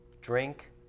drink